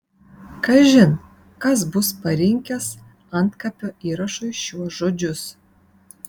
kažin kas bus parinkęs antkapio įrašui šiuos žodžius